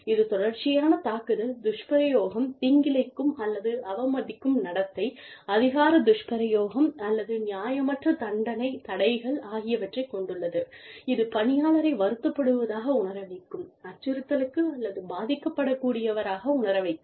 இது தொடர்ச்சியான தாக்குதல் துஷ்பிரயோகம் தீங்கிழைக்கும் அல்லது அவமதிக்கும் நடத்தை அதிகார துஷ்பிரயோகம் அல்லது நியாயமற்ற தண்டனைத் தடைகள் ஆகியவற்றைக் கொண்டுள்ளது இது பணியாளரை வருத்தப்படுவதாக உணரவைக்கும் அச்சுறுத்தலுக்கு அல்லது பாதிக்கப்படக்கூடியவராக உணர வைக்கும்